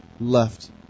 left